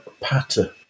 pattern